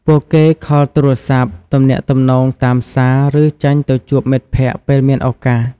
ពួកគេខលទូរសព្ទ ទំនាក់ទំនងតាមសារ ឬចេញទៅជួបមិត្តភក្តិពេលមានឱកាស។